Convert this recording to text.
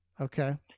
Okay